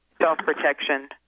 self-protection